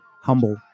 humble